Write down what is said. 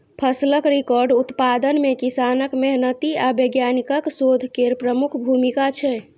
फसलक रिकॉर्ड उत्पादन मे किसानक मेहनति आ वैज्ञानिकक शोध केर प्रमुख भूमिका छै